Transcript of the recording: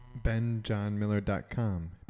benjohnmiller.com